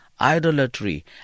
idolatry